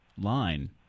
line